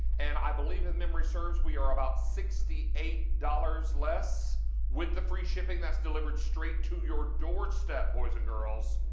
and i believe if memory serves we are about sixty eight dollars less with the free shipping. that's delivered straight to your doorstep, boys and girls.